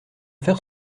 faire